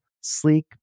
sleek